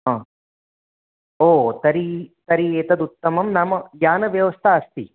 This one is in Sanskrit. हा ओ तर्हि तर्हि एतदुत्तमं नाम यानव्यवस्था अस्ति